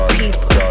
people